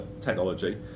technology